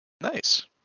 Nice